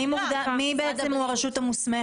מי זאת הרשות המוסמכת?